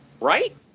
right